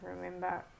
remember